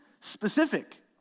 specific